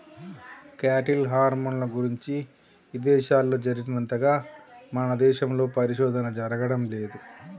cattle హార్మోన్ల గురించి ఇదేశాల్లో జరిగినంతగా మన దేశంలో పరిశోధన జరగడం లేదు